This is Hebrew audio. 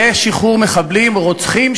לשחרור מחבלים רוצחים,